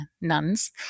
nuns